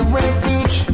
refuge